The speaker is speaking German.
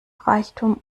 reichtum